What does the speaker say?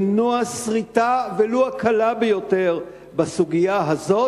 למנוע סריטה, ולו הקלה ביותר, בסוגיה הזאת.